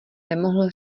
nemohl